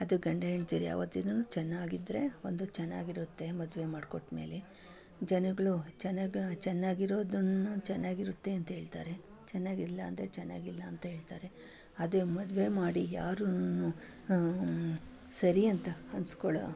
ಅದು ಗಂಡ ಹೆಂಡ್ತೀರು ಯಾವಾತ್ತೂ ಚೆನ್ನಾಗಿದ್ದರೆ ಒಂದು ಚೆನ್ನಾಗಿರುತ್ತೆ ಮದುವೆ ಮಾಡ್ಕೊಟ್ಮೇಲೆ ಜನಗಳು ಚೆನ್ನಾಗಿ ಚೆನ್ನಾಗಿರೋದನ್ನು ಚೆನ್ನಾಗಿರುತ್ತೆ ಅಂತ ಹೇಳ್ತಾರೆ ಚೆನ್ನಾಗಿಲ್ಲ ಅಂದರೆ ಚೆನ್ನಾಗಿಲ್ಲ ಅಂತ ಹೇಳ್ತಾರೆ ಅದು ಮದುವೆ ಮಾಡಿ ಯಾರೂನು ಸರಿ ಅಂತ ಅನ್ಸ್ಕೊಳ್ಳೋ